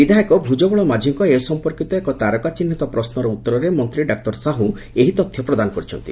ବିଧାୟକ ଭୁଜବଳ ମାଝିଙ୍କ ଏ ସମ୍ପର୍କିତ ଏକ ତାରକା ଚିହ୍ନିତ ପ୍ରଶ୍ୱର ଉତ୍ତରେ ମନ୍ତୀ ଡାକ୍ତର ସାହୁ ଏହି ତଥ୍ୟ ପ୍ରଦାନ କରିଛନ୍ତି